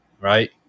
Right